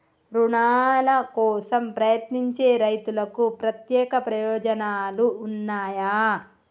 రుణాల కోసం ప్రయత్నించే రైతులకు ప్రత్యేక ప్రయోజనాలు ఉన్నయా?